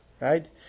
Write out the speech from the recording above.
right